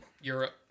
Europe